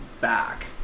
back